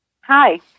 Hi